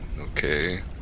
Okay